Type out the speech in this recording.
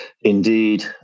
Indeed